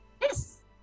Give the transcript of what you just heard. yes